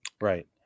Right